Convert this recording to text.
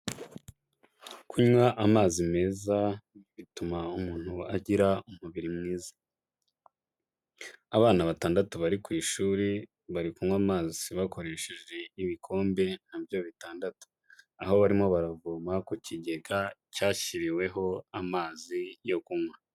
Kunywa amazi meza bituma umuntu agira umubiri mwiza, abana batandatu bari ku ishuri bari kunywa amazi bakoresheje ibikombe nabyotandatu, aho barimo baravoma ku kigega cyashyiriweho amazi yo kunywa.